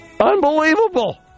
Unbelievable